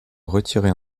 retirer